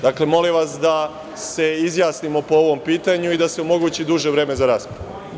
Dakle, molim vas da se izjasnimo po ovom pitanju i da se omogući duže vreme za raspravu.